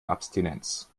abstinenz